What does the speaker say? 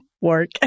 work